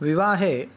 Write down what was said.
विवाहे